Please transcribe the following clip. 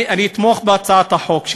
אתמוך בהצעת החוק שלך,